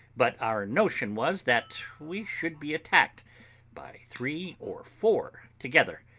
but our notion was, that we should be attacked by three or four together.